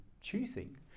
choosing